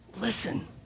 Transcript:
Listen